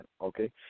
okay